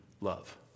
love